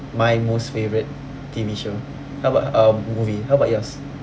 my most favourite T_V show how about um movie how about yours